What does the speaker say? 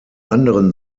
anderen